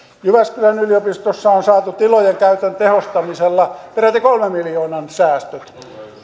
jyväskylän yliopistossa on saatu tilojen käytön tehostamisella peräti kolmen miljoonan säästöt